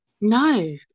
no